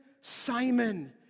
Simon